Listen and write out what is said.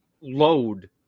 load